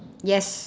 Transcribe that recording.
yes